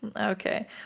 Okay